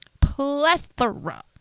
plethora